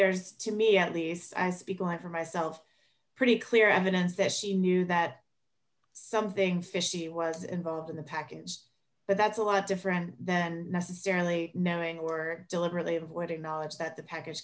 there is to me at least as people have for myself pretty clear evidence that she knew that something fishy was involved in the package but that's a lot different than necessarily knowing or deliberately avoiding knowledge that the package